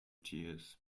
tears